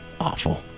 awful